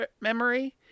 memory